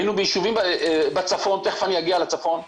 היינו ביישובים בצפון, תיכף אני אגיע לצפון,